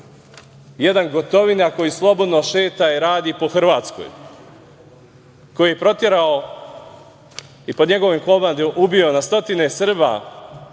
jedan Gotovina koji slobodno šeta i radi po Hrvatskoj, koji je proterao i po njegovoj komandi ubio na stotine Srba,